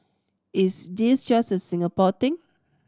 is this just a Singapore thing